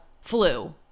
flu